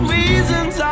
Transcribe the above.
reasons